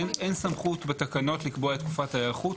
אין סמכות בתקנות לקבוע את תקופת ההיערכות.